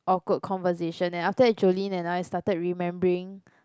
awkward conversation eh after that Jolene and I started remembering